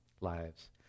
lives